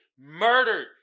murdered